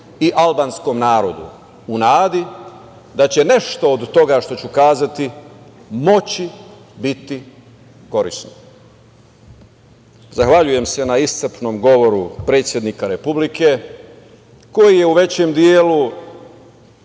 i albanskom narodu u nadi da će nešto od toga što ću reći moći biti korisno. Zahvaljujem se na iscrpnom govoru predsednika Republike koji je u većem delu